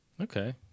Okay